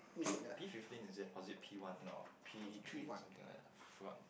P P fifteen is it was it P one no P_G three or something like that P one